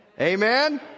Amen